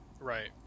right